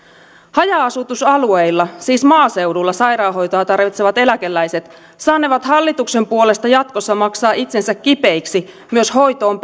haja asutusalueilla siis maaseudulla sairaanhoitoa tarvitsevat eläkeläiset saanevat hallituksen puolesta jatkossa maksaa itsensä kipeiksi myös hoitoon